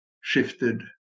shifted